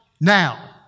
now